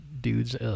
dudes